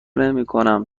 نمیکنم